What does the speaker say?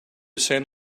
send